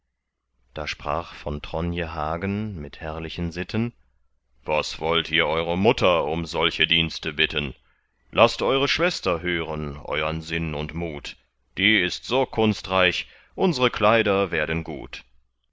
da sprach von tronje hagen mit herrlichen sitten was wollt ihr eure mutter um solche dienste bitten laßt eure schwester hören euern sinn und mut die ist so kunstreich unsre kleider werden gut